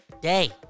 day